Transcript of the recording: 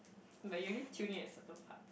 but you only tune in at certain parts